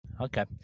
Okay